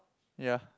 ya